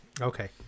okay